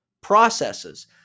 processes